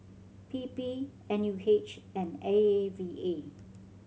P P N U H and A A V A